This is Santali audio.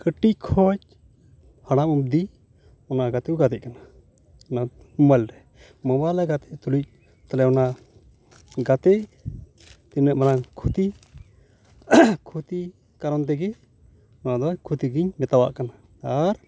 ᱠᱟᱹᱴᱤᱡ ᱠᱷᱚᱱ ᱦᱟᱲᱟᱢ ᱚᱵᱫᱤ ᱩᱱᱟ ᱜᱟᱛᱮ ᱠᱩ ᱜᱟᱛᱮ ᱠᱟᱱᱟ ᱩᱱᱟ ᱢᱳᱵᱟᱭᱤᱞ ᱨᱮ ᱢᱳᱵᱟᱭᱤᱞ ᱜᱟᱛᱮ ᱛᱩᱞᱩᱡ ᱛᱟᱦᱚᱞᱮ ᱩᱱᱟ ᱜᱟᱛᱮ ᱛᱤᱱᱟᱹ ᱢᱟᱨᱟᱝ ᱠᱷᱚᱛᱤ ᱠᱷᱚᱛᱤ ᱠᱟᱨᱚᱱ ᱛᱮᱜᱤ ᱩᱱᱟᱫᱚ ᱠᱷᱚᱛᱤ ᱜᱮᱧ ᱢᱤᱛᱟᱣᱟᱜ ᱠᱟᱱᱟ ᱟᱨ